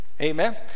amen